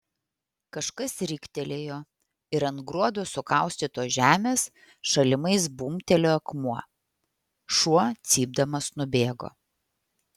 kažkas riktelėjo ir ant gruodo sukaustytos žemės šalimais bumbtelėjo akmuo šuo cypdamas nubėgo